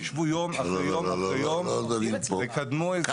תשבו יום אחרי יום אחרי יום ותקדמו את זה --- לא,